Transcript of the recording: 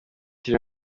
turi